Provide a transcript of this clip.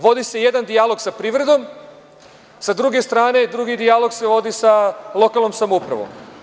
Vodi se jedan dijalog sa privredom, sa druge strane drugi dijalog se vodi sa lokalnom samoupravom.